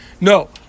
no